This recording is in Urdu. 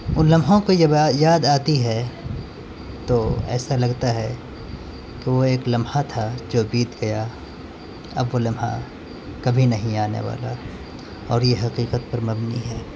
ان لمحوں کو یاد آتی ہے تو ایسا لگتا ہے کہ وہ ایک لمحہ تھا جو بیت گیا اب وہ لمحہ کبھی نہیں آنے والا اور یہ حقیقت پر مبنی ہے